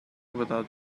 without